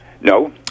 No